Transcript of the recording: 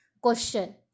Question